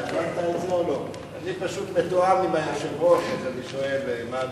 העבודה, הרווחה והבריאות נתקבלה.